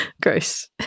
Gross